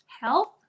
Health